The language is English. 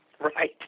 Right